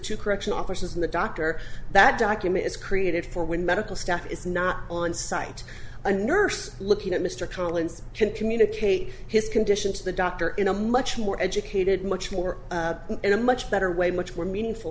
two correction officers and the doctor that document is created for when medical staff is not on site a nurse looking at mr collins can communicate his condition to the doctor in a much more educated much more in a much better way much more meaningful